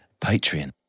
Patreon